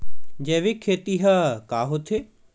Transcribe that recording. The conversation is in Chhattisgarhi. जैविक खेती ह का होथे?